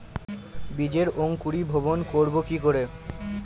বীজের অঙ্কুরিভবন করব কি করে?